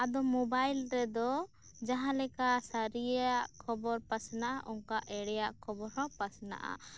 ᱟᱫᱚ ᱢᱳᱵᱟᱭᱤᱞ ᱨᱮᱫᱚ ᱡᱟᱦᱟᱸᱞᱮᱠᱟ ᱥᱟᱹᱨᱤᱭᱟᱜ ᱠᱷᱚᱵᱚᱨ ᱯᱟᱥᱱᱟᱜᱼᱟ ᱚᱱᱠᱟᱜᱮ ᱮᱲᱮᱭᱟᱜ ᱠᱷᱚᱵᱚᱨ ᱦᱚᱸ ᱯᱟᱥᱱᱟᱜᱼᱟ ᱟᱫᱚ